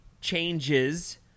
changes